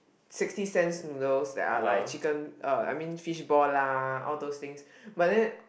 sixty cents noodles that are like chicken uh I mean fishball lah all those things but then